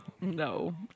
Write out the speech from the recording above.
no